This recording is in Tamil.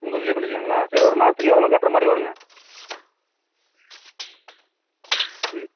உங்களுதுலேயே பண்ணிக்கலாம்ங்களா சரி ஒரு மாதத்துக்கு எவ்வளோ கட்டுற மாதிரி வரும்ங்க ம்